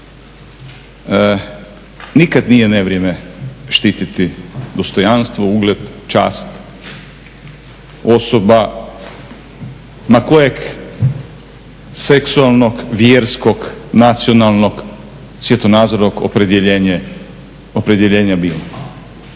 Nikad nije nevrijeme štititi dostojanstvo, ugled, čast osoba ma kojeg seksualnog, vjerskog, nacionalnog svjetonazora, opredjeljenja bili.